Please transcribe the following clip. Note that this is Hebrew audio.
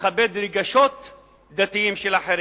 לכבד רגשות דתיים של אחרים.